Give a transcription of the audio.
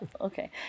Okay